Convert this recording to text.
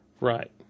Right